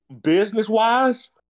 Business-wise